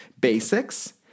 Basics